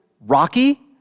rocky